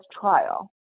trial